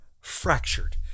fractured